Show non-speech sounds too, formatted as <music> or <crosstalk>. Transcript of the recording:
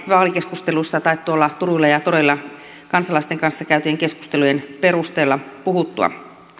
<unintelligible> vaalikeskusteluissa kuultua tai tuolla turuilla ja toreilla kansalaisten kanssa käytyjen keskustelujen perusteella puhuttua